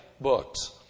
books